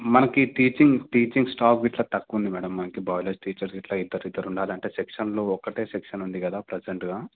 మనకి teaching teaching staff ఇట్లా తక్కువుంది మేడమ్ మనకి బయాలజీ టీచర్ ఇట్లా ఇద్దరిద్దరు ఉండాలంటే సెక్షన్లు ఒకటే సెక్షన్ ఉంది కదా ప్రజెంటుగా